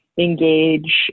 engage